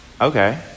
Okay